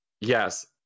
Yes